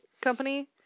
company